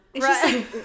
Right